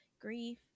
grief